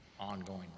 ongoing